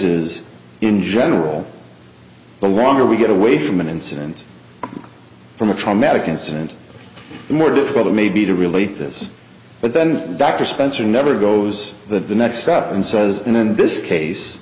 is in general the longer we get away from an incident from a traumatic incident the more difficult it may be to relate this but then dr spencer never goes that the next up and says in this case